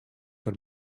der